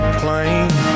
plane